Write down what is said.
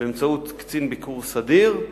באמצעות קצין ביקור סדיר.